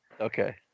Okay